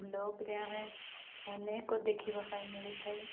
ବ୍ଲଗ୍ରେ ଆମେ ଅନେକ ଦେଖିବା ପାଇଁ ମିଳିଥାଏ